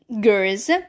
girls